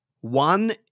One